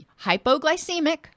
hypoglycemic